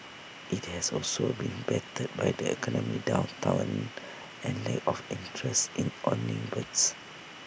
IT has also been battered by the economic downturn and lack of interest in owning birds